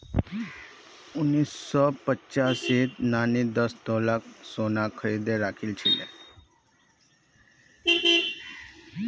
उन्नीस सौ पचासीत नानी दस तोला सोना खरीदे राखिल छिले